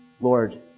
Lord